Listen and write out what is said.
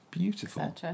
Beautiful